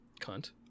Cunt